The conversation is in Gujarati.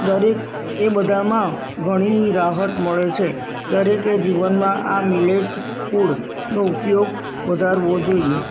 દરેક એ બધામાં ઘણી રાહત મળે છે દરેકે જીવનમાં આ મિલેટ ફૂડનો ઉપયોગ વધારવો જોઈએ